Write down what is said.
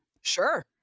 Sure